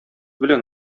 белән